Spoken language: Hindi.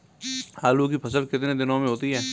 आलू की फसल कितने दिनों में होती है?